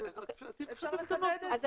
אפשר לחדד את זה.